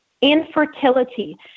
infertility